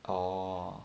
orh